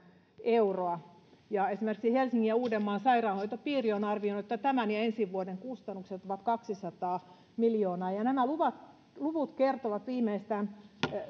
euroa ja esimerkiksi helsingin ja uudenmaan sairaanhoitopiiri on arvioinut että tämän ja ensi vuoden kustannukset ovat kaksisataa miljoonaa nämä luvut viimeistään kertovat